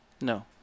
No